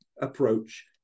approach